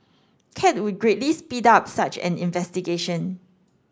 cat would greatly speed up such an investigation